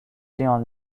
زیان